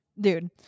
dude